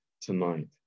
tonight